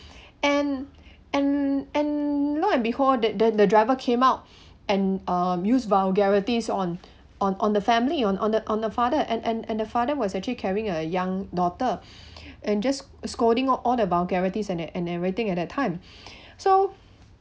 and and and lo and behold that that the driver came out and um use vulgarities on on on the family on on the on the father and and and the father was actually carrying a young daughter and just scolding all the vulgarities and and and everything at that time so